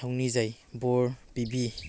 ꯊꯧꯅꯤꯖꯩ ꯕꯣꯔ ꯄꯤꯕꯤ